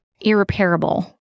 irreparable